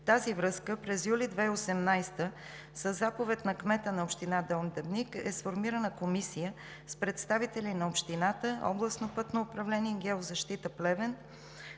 тази връзка през юли 2018 г. със заповед на кмета на община Долни Дъбник е сформирана комисия с представители на общината, Областно пътно управление, „Геозащита“ – Плевен,